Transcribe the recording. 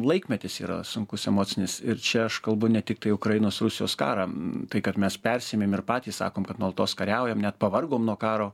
laikmetis yra sunkus emocinis ir čia aš kalbu ne tiktai ukrainos rusijos karą tai kad mes persiėmėm ir patys sakom kad nuolatos kariaujam net pavargom nuo karo